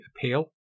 appeal